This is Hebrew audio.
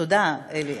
תודה, אלי.